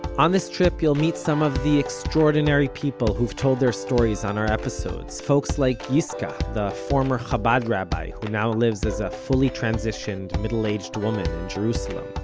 on this trip you'll meet some of the extraordinary people who've told their stories on our episodes, folks like yiscah, the former chabad rabbi who now lives as a fully transitioned middle aged woman in jerusalem.